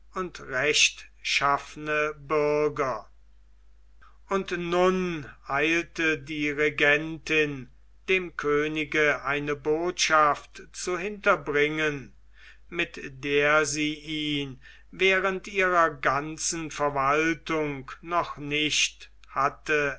und bürger und nun eilte die regentin dem könig eine botschaft zu hinterbringen mit der sie ihn während ihrer ganzen verwaltung noch nicht hatte